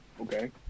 Okay